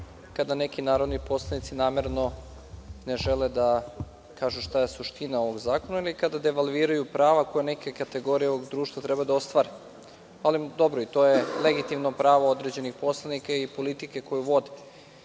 kada neki narodni poslanici namerno ne žele da kažu šta je suština ovog zakona ili kada devalviraju prava koja neke kategorije ovog društva treba da ostvare. Ali, dobro, to je legitimno pravo određenih poslanika i politike koju vode.